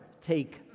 take